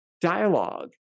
dialogue